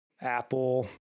Apple